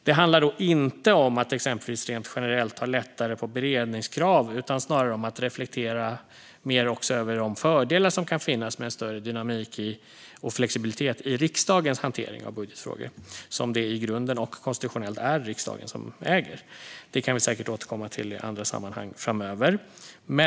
Det handlar då inte om att exempelvis generellt ta lättare på beredningskrav, utan det handlar snarare om att reflektera mer över de fördelar som kan finnas med en större dynamik och flexibilitet i riksdagens hantering av budgetfrågor, som det i grunden och konstitutionellt är riksdagen som äger. Det kan vi säkert återkomma till i andra sammanhang framöver.